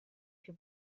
più